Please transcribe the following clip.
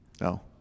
No